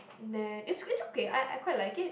then it's it's okay I I quite like it